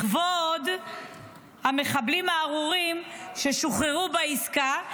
לכבוד המחבלים הארורים ששוחררו בעסקה,